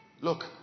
Look